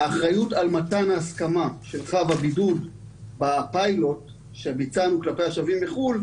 האחריות על מתן ההסכמה שלך בבידוד בפיילוט שביצענו כלפי השבים מחו"ל,